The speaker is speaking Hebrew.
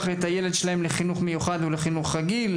את הילד שלהם לחינוך מיוחד או לחינוך רגיל,